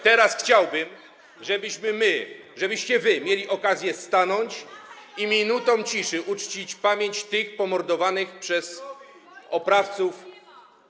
Teraz chciałbym, żebyśmy my, żebyście wy mieli okazję stanąć i minutą ciszy uczcić pamięć ofiar pomordowanych przez oprawców.